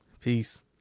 Peace